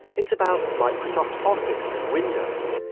it's about microsoft office and windows,